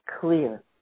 clear